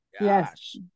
yes